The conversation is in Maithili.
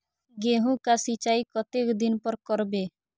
गेहूं का सीचाई कतेक दिन पर करबे?